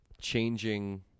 changing